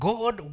God